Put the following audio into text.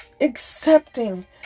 accepting